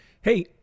Hey